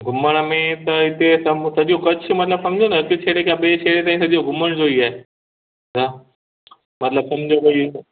घुमण में त इते सभु सॼो कच्छ मतिलबु सम्झो न हिकु सिरे सां ॿिए सिरे ताईं सॼो घुमण जो ई आहे हा मतिलबु सम्झो की